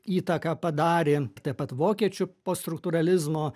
įtaką padarė taip pat vokiečių po struktūralizmo